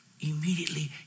Immediately